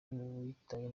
witaye